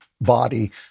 body